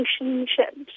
relationships